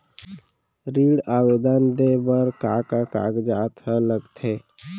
ऋण आवेदन दे बर का का कागजात ह लगथे?